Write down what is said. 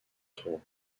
tour